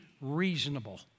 reasonable